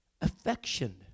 affection